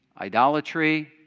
idolatry